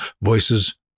voices